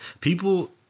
people